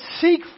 seek